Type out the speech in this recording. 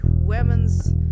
women's